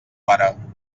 pare